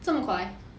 这么快